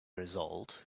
result